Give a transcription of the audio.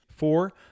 Four